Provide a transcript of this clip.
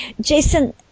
Jason